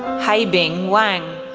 haibing wang.